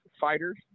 Fighters